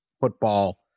football